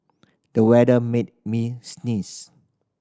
the weather made me sneeze